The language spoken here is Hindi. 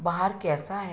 बाहर कैसा है